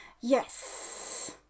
yes